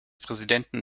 präsidenten